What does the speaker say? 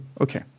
Okay